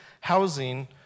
housing